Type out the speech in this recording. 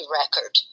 record